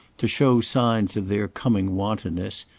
to show signs of their coming wantonness,